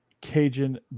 Cajun